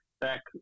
back